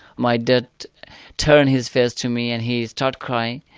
my dad turned his face to me and he started crying.